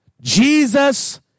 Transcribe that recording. Jesus